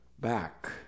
back